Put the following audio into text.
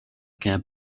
camp